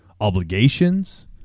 obligations